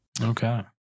Okay